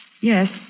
Yes